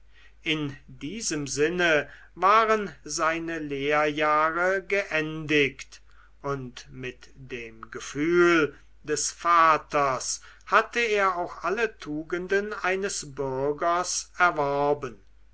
in diesem sinne waren seine lehrjahre geendigt und mit dem gefühl des vaters hatte er auch alle tugenden eines bürgers erworben